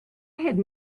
had